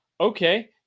Okay